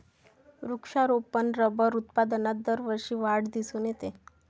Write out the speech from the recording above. वृक्षारोपण रबर उत्पादनात दरवर्षी वाढ दिसून येते